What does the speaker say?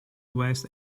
west